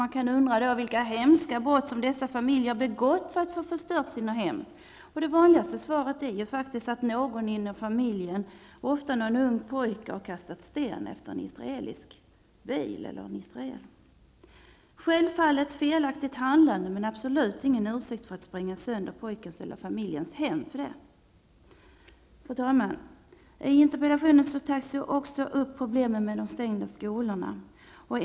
Man kan undra vilka hemska brott dessa familjer har begått, som alltså har fått sina hem förstörda. Det vanligaste svaret är faktiskt att någon inom familjen, ofta en ung pojke, har kastat sten efter en israelisk bil eller en israel. Detta är självfallet ett felaktigt handlande, men det utgör absolut ingen ursäkt för att den här pojkens eller familjens hem för den skull skall sprängas sönder. Fru talman! I interpellationen tas också problemen med de stängda skolorna upp.